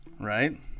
right